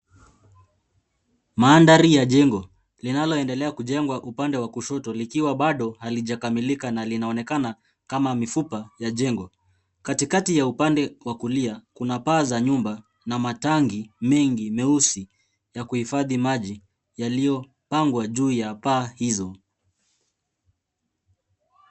Maandari ya jengo linaloendelea kujengwa upande wa kushoto likiwa bado halijakamilika na linaonekana kama mifupa ya jengo ,katikati ya upande wa kulia kuna paa za nyumba na matangi mengi meusi ya kuhifadhi maji yaliyopangwa juu ya paa hizo.